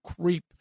creep